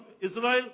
Israel